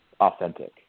authentic